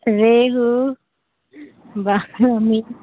ریہو واہ